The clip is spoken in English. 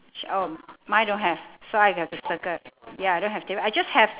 oh mine don't have so I got to circle ya I don't have table I just have